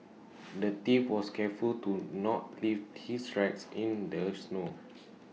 the thief was careful to not leave his tracks in the snow